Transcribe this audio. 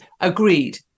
Agreed